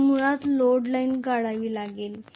मला मुळात load line काढावी लागेल